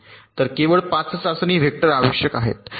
तर केवळ 5 चाचणी वेक्टर आवश्यक आहेत